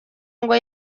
ngo